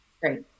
Great